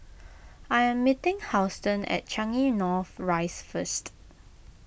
I am meeting Houston at Changi North Rise first